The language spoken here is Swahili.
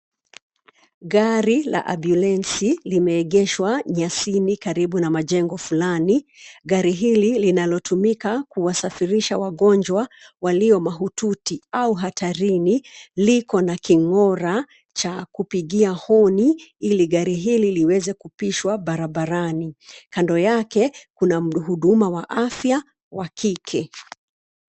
Gari la ambulensi limeegeshwa nyasini karibu na majengo fulani. Gari hili linalotumika kuwasafirisha wagonjwa walio mahututi au hatarini , likona king'ora cha kupigia honi ili gari hili liweze kupishwa barabarani. Kando yake kuna mhuduma wa afya wa kike.